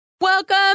Welcome